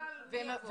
מי יבוא?